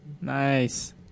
Nice